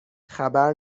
خبر